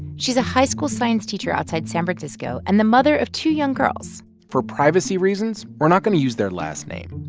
she's a high school science teacher outside san francisco and the mother of two young girls for privacy reasons, we're not going to use their last name.